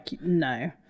no